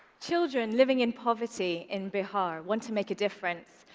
children living in poverty in bihar want to make a difference,